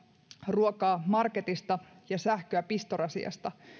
ruokaa marketista ja sähköä pistorasiasta